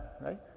right